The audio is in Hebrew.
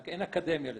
רק אין אקדמיה לספורט.